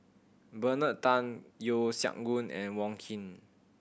Bernard Tan Yeo Siak Goon and Wong Keen